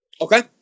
Okay